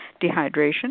dehydration